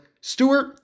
Stewart